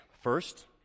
First